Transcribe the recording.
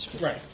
Right